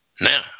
Now